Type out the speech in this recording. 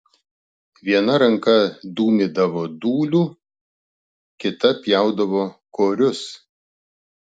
viena ranka dūmydavo dūliu kita pjaudavo korius